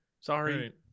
sorry